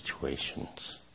situations